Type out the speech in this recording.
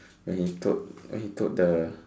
when he told when he told the